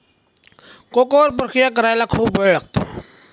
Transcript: cocoa वर प्रक्रिया करायला खूप वेळ लागतो